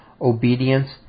obedience